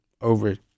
over